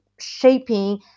shaping